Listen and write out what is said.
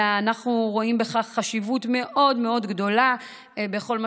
ואנחנו רואים בכך חשיבות מאוד מאוד גדולה בכל מה